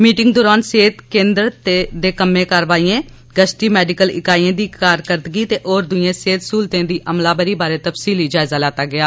meeting दरान सेहत केन्द्रें दे कम्में कारवाइएं गश्ती मेडिकल इकाइएं दी कारकरदगी ते होर दुइएं सेह्त सहूलतें दी अमलावरी बारे तफसीली जायजा लैता गेआ